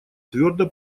твердо